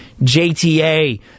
JTA